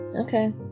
Okay